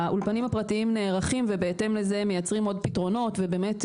האולפנים הפרטיים נערכים ובהתאם לזה הם מייצרים עוד פתרונות ובאמת,